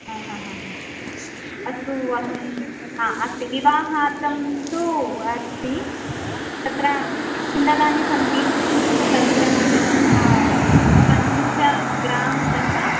हा हा हा हा अस्तु अहं हा अस्ति विवाहार्थं तु अस्ति तत्र कुण्डलानि सन्ति तत्र पञ्च ग्रां तः